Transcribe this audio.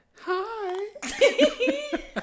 Hi